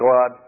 God